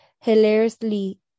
hilariously